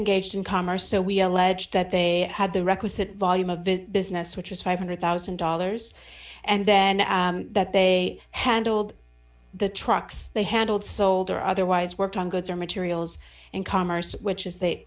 and gauged in commerce so we allege that they had the requisite volume of the business which was five hundred thousand dollars and then that they handled the trucks they handled sold or otherwise worked on goods or materials and commerce which is they